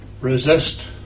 resist